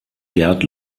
gerd